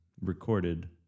recorded